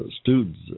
students